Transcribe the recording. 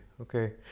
Okay